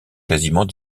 quasiment